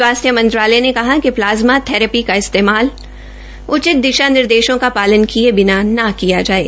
स्वास्थ्य मंत्रालय ने कहा कि प्लाज्मा थरैपी का इस्तेमाल उचित दिशा निर्देशों का शालन किये बिना न किया जाये